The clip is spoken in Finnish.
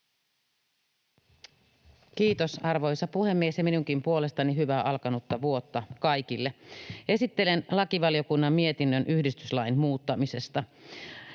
Kiitos, arvoisa puhemies! Ja minunkin puolestani hyvää alkanutta vuotta kaikille. Esittelen lakivaliokunnan mietinnön yhdistyslain muuttamisesta.